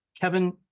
Kevin